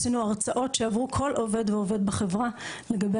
עשינו הרצאות שעברו כל עוד ועובד בחברה לגבי